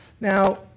Now